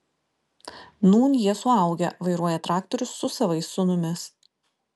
nūn jie suaugę vairuoja traktorius su savais sūnumis